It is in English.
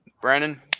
Brandon